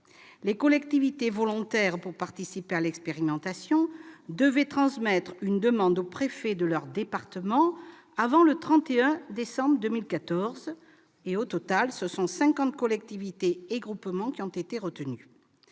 Les collectivités volontaires pour participer à l'expérimentation devaient transmettre une demande au préfet de leur département avant le 31 décembre 2014. Au total, cinquante collectivités et groupements ont été retenus.